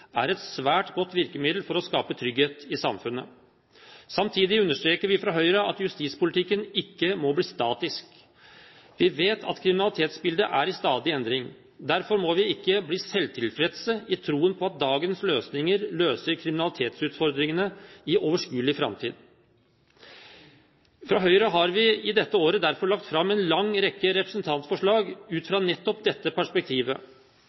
er et svært godt virkemiddel for å skape trygghet i samfunnet. Samtidig understreker vi fra Høyre at justispolitikken ikke må bli statisk. Vi vet at kriminalitetsbildet er i stadig endring. Derfor må vi ikke bli selvtilfredse i troen på at dagens løsninger løser kriminalitetsutfordringene i overskuelig framtid. Fra Høyre har vi i dette året derfor lagt fram en lang rekke representantforslag ut fra nettopp dette perspektivet.